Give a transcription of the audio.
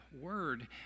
word